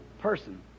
person